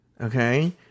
okay